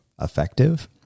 effective